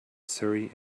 surrey